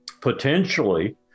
potentially